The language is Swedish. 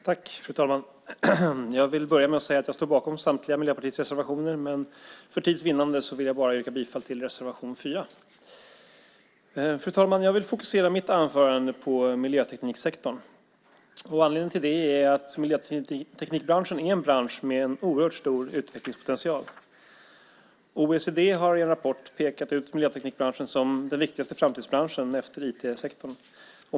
Fru talman! Jag vill börja med att säga att jag står bakom samtliga Miljöpartiets reservationer, men för tids vinnande yrkar jag bifall bara till reservation 4. Fru talman! Jag vill fokusera mitt anförande på miljötekniksektorn. Anledningen till det är att miljöteknikbranschen är en bransch med en oerhört stor utvecklingspotential. OECD har i en rapport pekat ut miljöteknikbranschen som den viktigaste framtidsbranschen efter IT-sektorn.